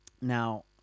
now